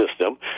system